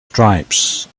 stripes